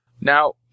Now